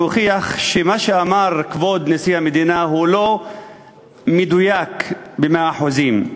להוכיח שמה שאמר כבוד נשיא המדינה לא מדויק במאה אחוזים.